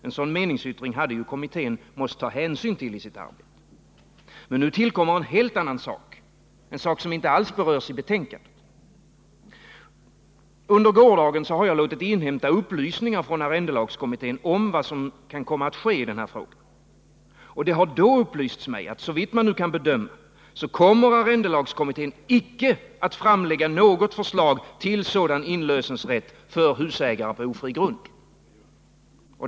En sådan meningsyttring hade ju kommittén måst ta hänsyn till i sitt arbete. Men nu tillkommer en helt annan sak, som inte alls berörs i betänkandet. Under gårdagen har jag låtit inhämta upplysningar från arrendelagskommittén om vad som kan komma att ske i frågan. Det har då upplysts mig att såvitt man nu kan bedöma kommer arrendelagskommittén icke att framlägga något förslag till sådan inlösenrätt för husägare på ofri grund.